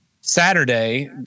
Saturday